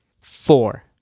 four